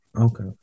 Okay